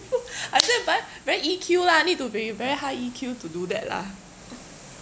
I say but very E_Q lah need to be very high E_Q to do that lah